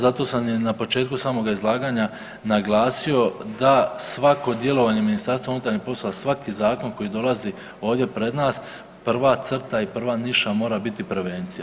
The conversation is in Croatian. Zato sam na početku samoga izlaganja naglasio da svako djelovanje MUP-a, svaki zakon koji dolazi ovdje pred nas, prva crta i prva niša mora biti prevencija.